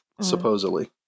Supposedly